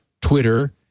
Twitter